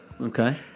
Okay